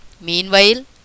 Meanwhile